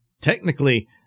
technically